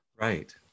Right